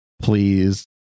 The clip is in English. please